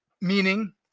meaning